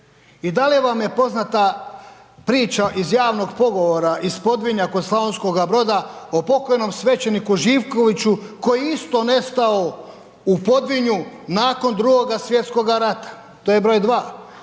I da li vam je poznata priča iz javnog pogovora iz Podvinja kod Slavonskoga Broda o pokojnom svećeniku Živkoviću koji je isto nestao u Podvinju nakon Drugoga svjetskoga rata to je broj dva?